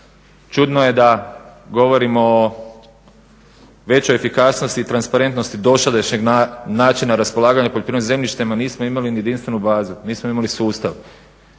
Čudno je da govorimo o većoj efikasnosti i transparentnosti dosadašnjeg načina raspolaganja poljoprivrednim zemljištem, a nismo ni imali jedinstvenu bazu, nismo imali sustav.